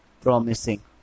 Promising